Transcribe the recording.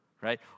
right